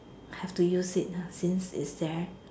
have to use it uh since it's there